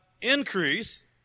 increase